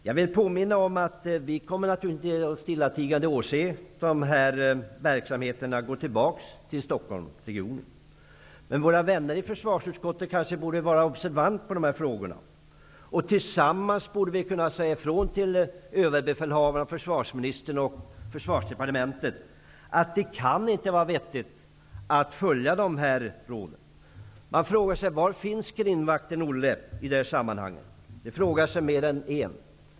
Jag vill påminna om att vi naturligtvis inte stillatigande kommer att åse hur dessa verksamheter återgår till Stockholmsregionen. Våra vänner i försvarsutskottet borde vara observanta på dessa frågor. Tillsammans borde vi kunna säga ifrån till överbefälhavaren, försvarsministern och Försvarsdepartementet att det inte kan vara vettigt att följa dessa råd. Var finns grindvakten Olle i det här sammanhanget? Det frågar sig mer än en.